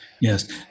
Yes